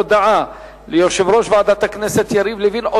הודעה ליושב-ראש ועדת הכנסת יריב לוין,